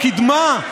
לקדמה?